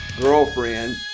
girlfriend